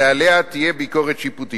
ועליה תהיה ביקורת שיפוטית.